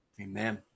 Amen